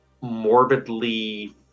morbidly